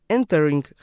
Entering